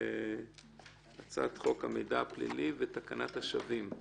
הצעת חוק המידע הפלילי ותקנת השבים.